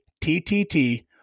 ttt